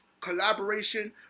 collaboration